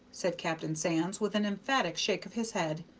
said captain sands, with an emphatic shake of his head.